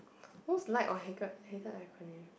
most liked or hated hated acronym